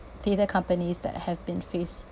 theatre companies that have been faced